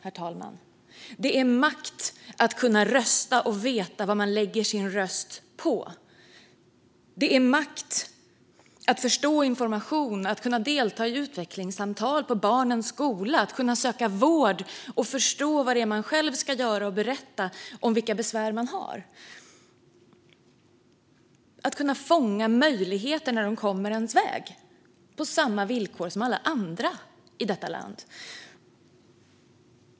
Språk ger makt att kunna rösta och veta vad man lägger sin röst på. Det är makt att förstå information, att kunna delta i utvecklingssamtal på barnens skola, att söka vård, förstå vad man själv ska göra och berätta om vilka besvär man har. Språk gör att man kan fånga möjligheter när de kommer i ens väg, på samma villkor som alla andra i detta land.